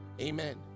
Amen